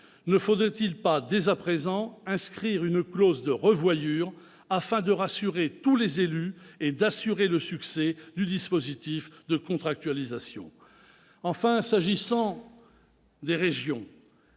Ne faudrait-il pas, dès à présent, inscrire une clause de revoyure, afin de rassurer les élus et garantir le succès du dispositif de contractualisation ? En ce qui concerne les régions,